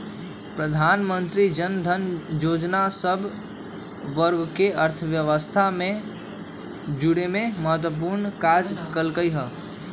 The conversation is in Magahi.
प्रधानमंत्री जनधन जोजना सभ वर्गके अर्थव्यवस्था से जुरेमें महत्वपूर्ण काज कल्कइ ह